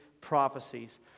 prophecies